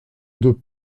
deux